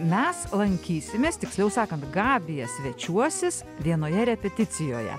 mes lankysimės tiksliau sakant gabija svečiuosis vienoje repeticijoje